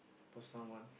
for someone